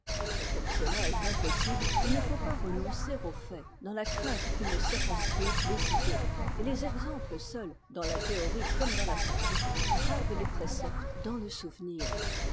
mais comme cela est impossible il ne faut pas renoncer aux faits dans la crainte qu'ils ne circonscrivent les idées et les exemples seuls dans ta théorie comme dans la pratique gravent les préceptes dans le souvenir